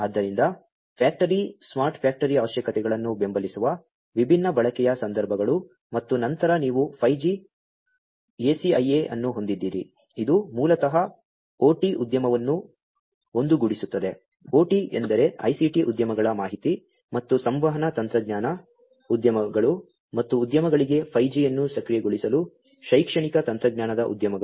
ಆದ್ದರಿಂದ factory smart factory ಅವಶ್ಯಕತೆಗಳನ್ನು ಬೆಂಬಲಿಸುವ ವಿಭಿನ್ನ ಬಳಕೆಯ ಸಂದರ್ಭಗಳು ಮತ್ತು ನಂತರ ನೀವು 5G ACIA ಅನ್ನು ಹೊಂದಿದ್ದೀರಿ ಇದು ಮೂಲತಃ OT ಉದ್ಯಮವನ್ನು ಒಂದುಗೂಡಿಸುತ್ತದೆ OT ಎಂದರೆ ICT ಉದ್ಯಮಗಳ ಮಾಹಿತಿ ಮತ್ತು ಸಂವಹನ ತಂತ್ರಜ್ಞಾನ ಉದ್ಯಮಗಳು ಮತ್ತು ಉದ್ಯಮಗಳಿಗೆ 5G ಅನ್ನು ಸಕ್ರಿಯಗೊಳಿಸಲು ಶೈಕ್ಷಣಿಕ ತಂತ್ರಜ್ಞಾನದ ಉದ್ಯಮಗಳು